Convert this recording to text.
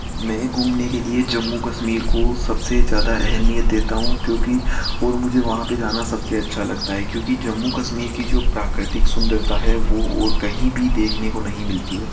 मैं घूमने के लिए जम्मू कश्मीर को सबसे ज़्यादा अहमियत देता हूँ क्योंकि और मुझे वहाँ पे जाना सबसे अच्छा लगता है क्योंकि जम्मू कश्मीर की जो प्राकृतिक सुंदरता है वो और कहीं भी देखने को नहीं मिलती है